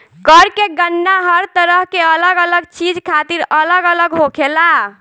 कर के गणना हर तरह के अलग अलग चीज खातिर अलग अलग होखेला